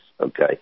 Okay